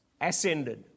ascended